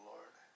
Lord